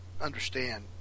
understand